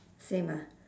same ah